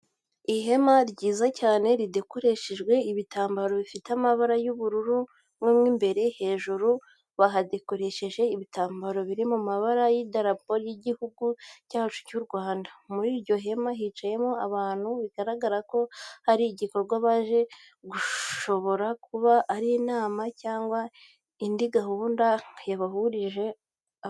Ihema ryiza cyane ridekoreshejwe ibitambaro bifite ibara ry'ubururu mo imbere, hejuru bahadekoresheje ibitambaro biri mu mabara y'idarapo ry'Igihugu cyacu cy'u Rwanda. Muri iryo hema hicayemo abantu bigaragara ko hari igikorwa bajemo gishobora kuba ari inama cyangwa indi gahunda yabahurije aho ngaho.